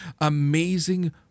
amazing